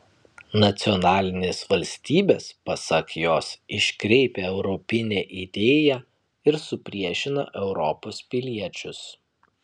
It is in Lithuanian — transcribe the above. nacionalinės valstybės pasak jos iškreipia europinę idėją ir supriešina europos piliečius